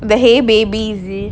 the !hey! baby Z